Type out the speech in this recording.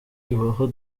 ibaho